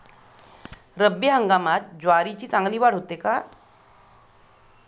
रब्बी हंगामात ज्वारीची चांगली वाढ होते का?